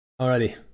Alrighty